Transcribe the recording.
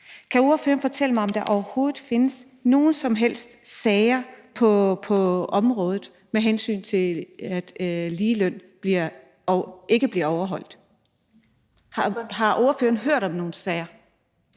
Kan ordføreren fortælle mig, om der overhovedet findes nogen som helst sager på området, hvor ligeløn ikke bliver overholdt? Har ordføreren hørt om nogen sager?